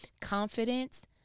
confidence